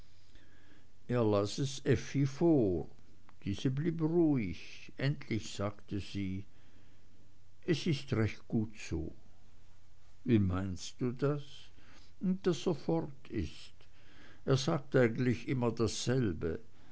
effi vor diese blieb ruhig endlich sagte sie es ist recht gut so wie meinst du das daß er fort ist er sagt eigentlich immer dasselbe